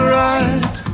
right